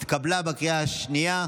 התקבלה בקריאה השנייה.